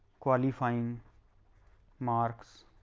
qualifying marks